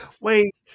Wait